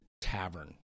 tavern